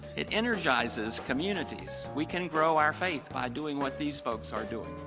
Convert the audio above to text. it energizes communities. we can grow our faith by doing what these folks are doing.